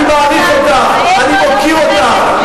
אני מעריך אותך, אני מוקיר אותך,